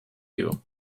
you